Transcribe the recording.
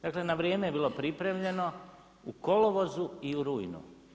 Dakle, na vrijeme je bilo pripremljeno, u kolovozu i u rujnu.